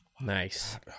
Nice